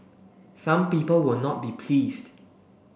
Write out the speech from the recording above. some people will not be pleased